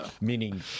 meaning